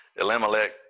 Elimelech